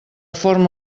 forma